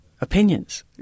opinions